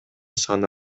саны